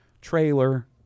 trailer